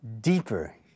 deeper